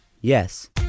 Yes